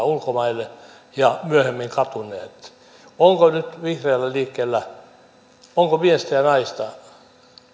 ulkomaille ja myöhemmin katuneet onko nyt vihreällä liikkeellä miestä ja naista